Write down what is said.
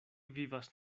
vivas